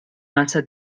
massa